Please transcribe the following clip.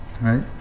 Right